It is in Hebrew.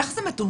איך זה מתומחר?